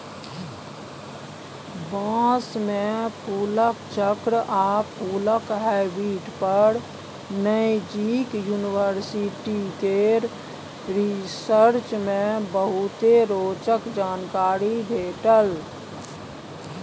बाँस मे फुलक चक्र आ फुलक हैबिट पर नैजिंड युनिवर्सिटी केर रिसर्च मे बहुते रोचक जानकारी भेटल